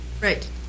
right